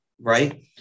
right